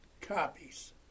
copies